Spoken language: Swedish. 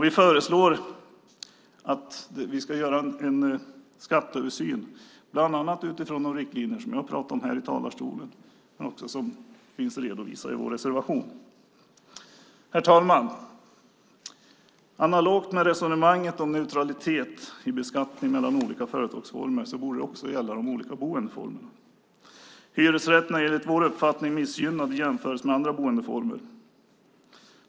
Vi föreslår att vi ska göra en skatteöversyn, bland annat utifrån de riktlinjer som jag har talat om här i talarstolen och som finns redovisade i vår reservation. Herr talman! Analogt med resonemanget om neutralitet i beskattningen mellan olika företagsformer borde det också gälla de olika boendeformerna. Hyresrätterna är enligt vår uppfattning missgynnade i jämförelse med andra boendeformer.